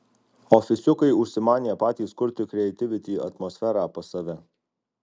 ofisiukai užsimanė patys kurti krieitivity atmosferą pas save